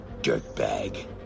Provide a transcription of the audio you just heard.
dirtbag